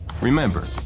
Remember